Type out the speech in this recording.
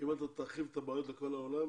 אתה תרחיק את הבעיות לכל העולם,